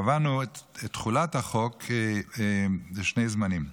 קבענו את תחולת החוק בשני זמנים.